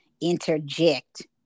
interject